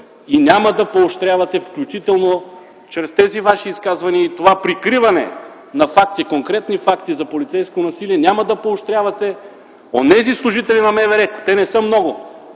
непримиримост и, включително чрез тези Ваши изказвания и това прикриване на конкретни факти за полицейско насилие, няма да поощрявате онези служители на МВР, те не са много,